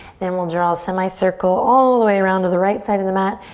then we'll draw a semicircle all the way around to the right side of the mat.